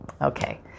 Okay